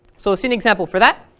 so see an example for that,